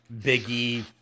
Biggie